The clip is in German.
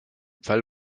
pfeil